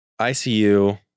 ICU